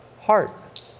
heart